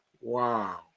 wow